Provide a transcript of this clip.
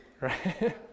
Right